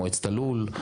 מועצת הלול,